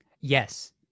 Yes